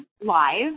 live